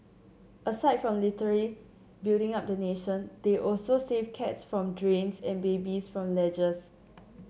aside from literally building up the nation they also save cats from drains and babies from ledges